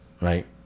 right